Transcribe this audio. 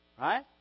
Right